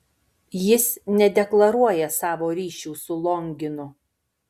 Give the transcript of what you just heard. jis nedeklaruoja savo ryšių su longinu